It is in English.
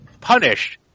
punished